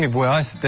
was